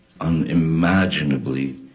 unimaginably